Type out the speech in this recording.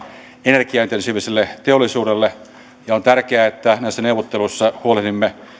energiaintensiiviselle teollisuudelle ja on tärkeää että näissä neuvotteluissa huolehdimme